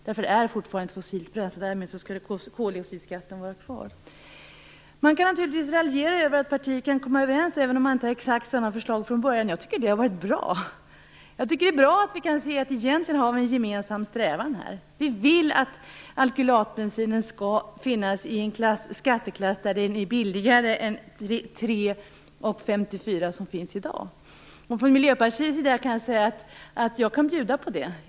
Det är fortfarande ett fossilt bränsle, och därmed skall koldioxidskatten vara kvar. Man kan naturligtvis raljera över att partier kan komma överens även om de inte har exakt samma förslag från början, men jag tycker att det har varit bra. Jag tycker att det är bra att vi kan se att vi har en gemensam strävan här: Vi vill att aklylatbensinen skall finnas i en skatteklass som gör den billigare än 3,54 som det är i dag. Från Miljöpartiets sida kan vi bjuda på det.